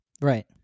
Right